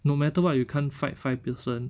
no matter what you can't fight five person